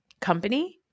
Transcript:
company